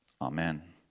Amen